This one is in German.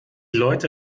leute